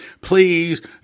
please